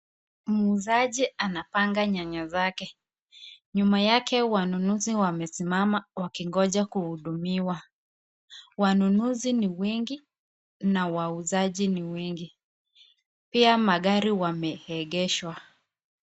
Muuzaji anapanga nyanyaa zake, nyuma yake wanunuzi wamesimama wakingoja kuhudumiwa, wanunuzi ni wengi na wauzaji ni wengi pia magari wameegeshwa.